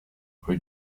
rue